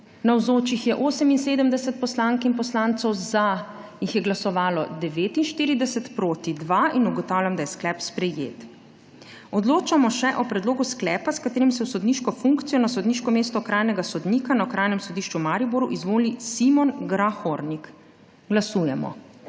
Navzočih je 78 poslank in poslancev, za je glasovalo 49, proti 2. (Za je glasovalo 49.) (Proti 2.) Ugotavljam, da je sklep sprejet. Odločamo še o predlogu sklepa, s katerim se v sodniško funkcijo na sodniško mesto okrajnega sodnika na Okrajnem sodišču v Mariboru izvoli Simon Grahornik. Glasujemo.